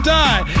die